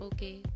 Okay